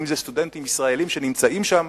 אם זה סטודנטים ישראלים שנמצאים שם,